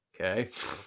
Okay